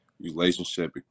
relationship